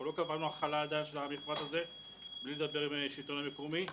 לא קבענו עדיין החלה של המפרט הזה בלי לדבר עם השלטון המקומי.